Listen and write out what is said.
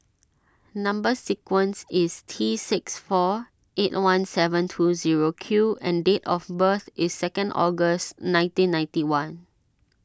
Number Sequence is T six four eight one seven two zero Q and date of birth is second August nineteen ninety one